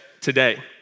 today